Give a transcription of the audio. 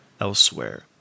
elsewhere